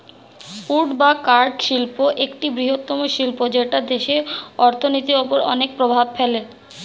would বা কাঠ শিল্প একটি বৃহত্তম শিল্প যেটা দেশের অর্থনীতির ওপর অনেক প্রভাব ফেলে